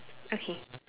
okay